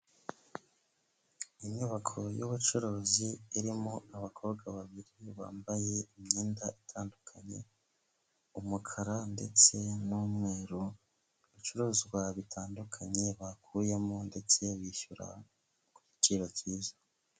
Inyubako y'ubucuruzi irimo abakobwa babiri bambaye imyenda itandukanye, umukara ndetse n'umweru, ibicuruzwa bitandukanye bakuyemo ndetse bishyura ku giciro cyiza.